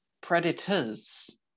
Predators